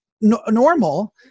normal